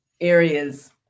areas